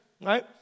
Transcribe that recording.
right